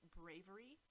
bravery